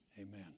amen